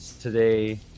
today